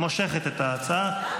מושכת את ההצעה.